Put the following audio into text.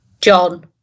John